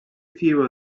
few